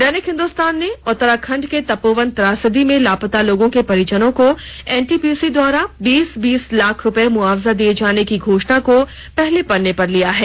दैनिक हिन्दुस्तान ने उत्तराखंड के तपोवन त्रासदी में लापता लोगों के परिजनों को एनटीपीसी द्वारा बीस बीस लाख रूपये मुआवजा दिए जाने की घोषणा को पहले पन्ने पर लिया है